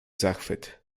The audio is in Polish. zachwyt